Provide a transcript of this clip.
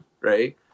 right